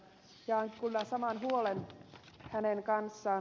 jaan kyllä saman huolen hänen kanssaan